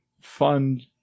fund